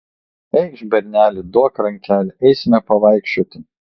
eikš berneli duok rankelę eisime pavaikščioti